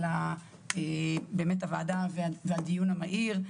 באמת הוועדה והדיון המהיר,